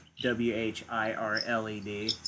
W-H-I-R-L-E-D